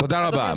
תודה רבה.